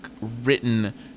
written